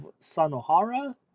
Sanohara